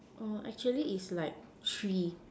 oh actually is like three